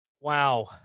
Wow